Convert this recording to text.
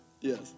yes